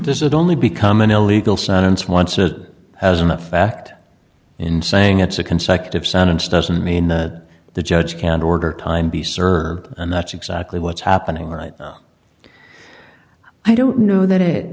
does it only become an illegal sentence once it has an effect in saying it's a consecutive sentence doesn't mean that the judge can order time be served and that's exactly what's happening right now i don't know that it